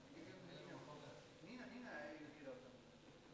נוציא את העוני מחוץ לחוק, אתה גם.